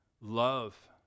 love